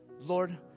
Lord